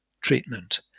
treatment